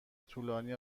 طولانی